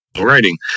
writing